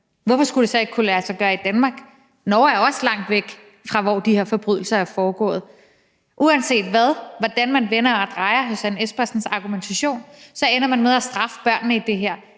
Hvorfor skulle det så ikke kunne lade sig gøre i Danmark? Norge er også langt væk fra, hvor de her forbrydelser er foregået. Uanset hvad og hvordan man vender og drejer hr. Søren Espersens argumentation, så ender man med at straffe børnene i det her.